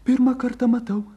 pirmą kartą matau